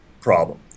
problem